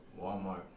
Walmart